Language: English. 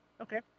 okay